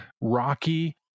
rocky